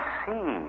see